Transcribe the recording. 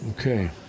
Okay